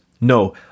No